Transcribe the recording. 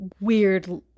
weird